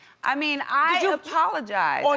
i mean i apologized. on